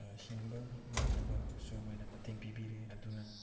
ꯍꯤꯡꯕ ꯉꯝꯅꯕꯁꯨ ꯃꯣꯏꯅ ꯃꯇꯦꯡ ꯄꯤꯕꯤꯔꯦ ꯑꯗꯨꯅ